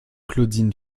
claudine